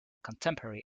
contemporary